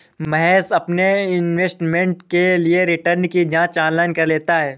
महेश अपने इन्वेस्टमेंट के लिए रिटर्न की जांच ऑनलाइन कर लेता है